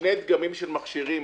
שני דגמים של מכשירים,